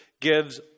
gives